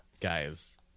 guys